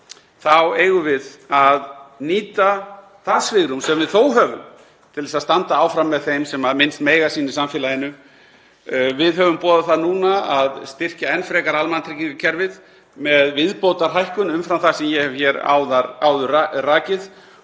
eigum við að nýta það svigrúm sem við þó höfum til þess að standa áfram með þeim sem minnst mega sín í samfélaginu. Við höfum boðað það núna að styrkja enn frekar almannatryggingakerfið með viðbótarhækkun umfram það sem ég hef hér áður rakið